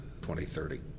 2030